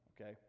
okay